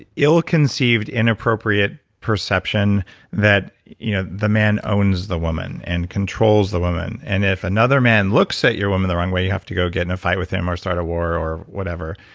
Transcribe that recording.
ill-conceived, inappropriate perception that you know the man owns the woman and controls the woman and if another man looks at your woman the wrong way, you have to go get in a fight with him or start a war or whatever.